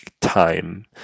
time